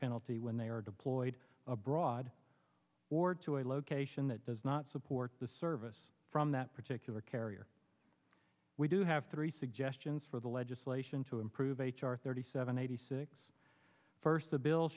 penalty when they are deployed abroad or to a location that does not support the service from that particular carrier we do have three suggestions for the legislation to improve h r thirty seven eighty six first the bill